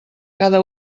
cada